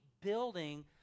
building